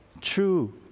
true